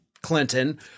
Clinton